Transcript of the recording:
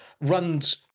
runs